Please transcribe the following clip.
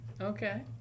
Okay